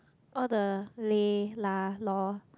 all the leh lah loh